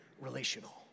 relational